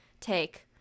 take